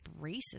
racist